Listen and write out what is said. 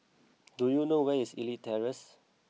do you know where is Elite Terrace